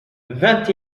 vingt